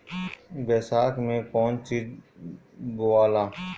बैसाख मे कौन चीज बोवाला?